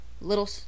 Little